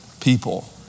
people